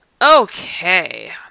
Okay